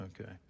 okay